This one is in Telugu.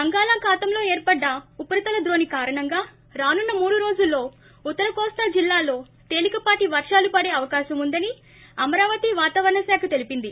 బంగాళాఖాతంలో ఏర్పడ్డ ఉపరితల ద్రోణి కారణంగా రానున్న మూడు రోజుల్లో ఉత్తర కోస్తా జిల్లాల్లో తేలికపాటి వర్షాలు పడే అవకాశం ఉందని అమరావతి వాతావరణ శాఖ తెలిపింది